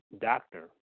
doctor